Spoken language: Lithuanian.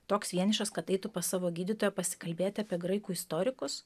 toks vienišas kad eitų pas savo gydytoją pasikalbėti apie graikų istorikus